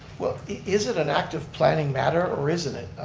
well is it an active planning matter or isn't it?